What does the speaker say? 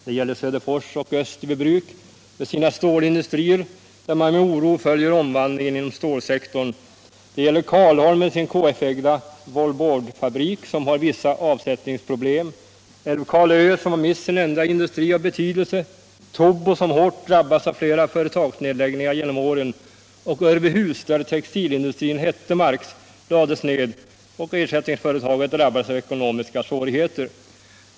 Det gäller Söderfors och Österbybruk med sina stålindustrier, där man med oro följer omvandlingen inom stålsektorn, Karlholm med sin KF-ägda wallboardfabrik, som har vissa avsättningsproblem, Älvkarleö som har mist sin enda industri av betydelse, Tobo som hårt drabbats av flera företagsnedläggningar genom åren och Örbyhus där textilindustrin Hettemarks lades ned och ersättningsföretaget drabbades av ekonomiska svårigheter.